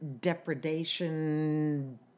depredation